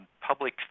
Public